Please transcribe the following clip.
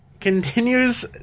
continues